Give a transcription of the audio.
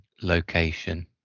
location